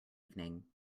evening